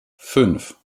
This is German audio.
fünf